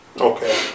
Okay